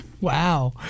Wow